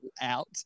out